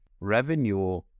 revenue